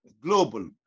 global